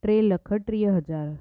टे लख टीह हज़ार